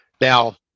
Now